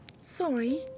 Sorry